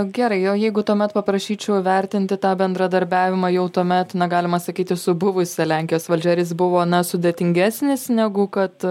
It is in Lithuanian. gerai o jeigu tuomet paprašyčiau vertinti tą bendradarbiavimą jau tuomet na galima sakyti su buvusia lenkijos valdžia ar jis buvo na sudėtingesnis negu kad